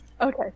Okay